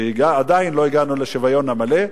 שעדיין לא הגענו לשוויון המלא.